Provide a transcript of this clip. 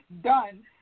done